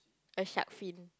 a shark fin